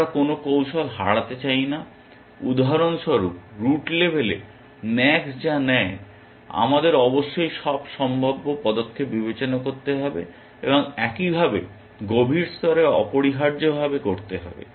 আমরা কোনো কৌশল হারাতে চাই না উদাহরণস্বরূপ রুট লেভেলে ম্যাক্স যা নেয় আমাদের অবশ্যই সব সম্ভাব্য পদক্ষেপ বিবেচনা করতে হবে এবং একইভাবে গভীর স্তরে অপরিহার্যভাবে করতে হবে